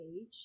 age